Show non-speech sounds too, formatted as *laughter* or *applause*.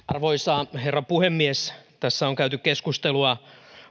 *unintelligible* arvoisa herra puhemies tässä on käyty keskustelua